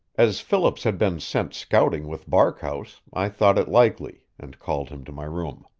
as phillips had been sent scouting with barkhouse i thought it likely, and called him to my room.